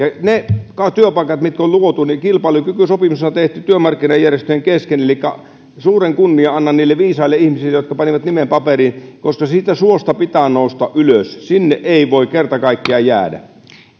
ja niillä työpaikoilla mitkä on luotu ja kilpailukykysopimushan on tehty työmarkkinajärjestöjen kesken elikkä suuren kunnian annan niille viisaille ihmisille jotka panivat nimen paperiin koska siitä suosta pitää nousta ylös sinne ei voi kerta kaikkiaan jäädä